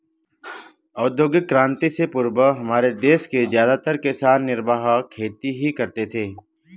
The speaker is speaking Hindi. औद्योगिक क्रांति से पूर्व हमारे देश के ज्यादातर किसान निर्वाह खेती ही करते थे